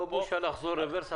לא בושה לחזור רברס.